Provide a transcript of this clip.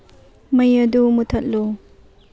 ꯃꯩ ꯑꯗꯨ ꯃꯨꯊꯠꯂꯨ